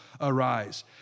arise